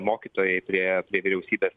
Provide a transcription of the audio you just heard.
mokytojai prie prie vyriausybės